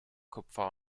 kupfer